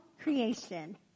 creation